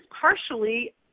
partially